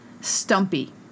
Stumpy